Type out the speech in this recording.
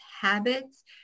Habits